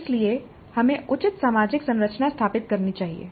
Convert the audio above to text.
इसलिए हमें उचित सामाजिक संरचना स्थापित करनी चाहिए